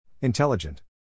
Intelligent